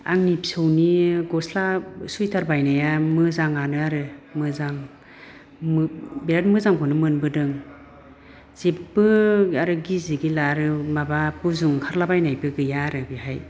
आंनि फिसौनि गस्ला सुइतार बायनाया मोजाङानो आरो मोजां बिराद मोजांखौनो मोनबोदों जेबो आरो गिजि गिला आरो माबा हुजु ओंखारलाबायनायबो गैया आरो बेहाय